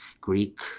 Greek